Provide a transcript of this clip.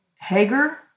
Hager